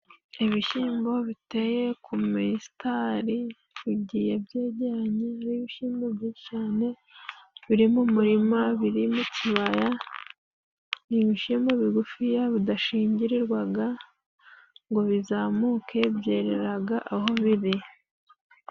Ibishimbo biteye ku misitari bigiye byegeranye, ni ibishimbo byinshi cyane biri mu murima, biriri mu kibaya, ni ibishimbo bigufiya bidashingirwarwaga ngo bizamuke, byereraga aho biri.